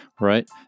right